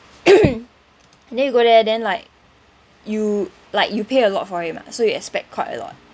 and then you go there then like you like you pay a lot for it mah so you expect quite a lot